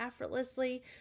effortlessly